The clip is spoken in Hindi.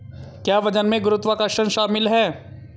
क्या वजन में गुरुत्वाकर्षण शामिल है?